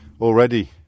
already